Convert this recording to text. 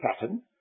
pattern